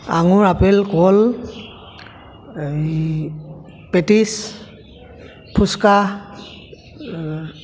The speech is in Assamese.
আঙুৰ আপেল কল এই পেটিছ ফুচকা